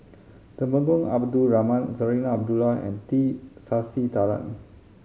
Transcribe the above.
Temenggong Abdul Rahman Zarinah Abdullah and T Sasitharan